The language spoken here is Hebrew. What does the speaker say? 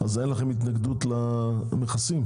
אין לכם התנגדות למכסים?